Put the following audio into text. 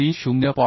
03 0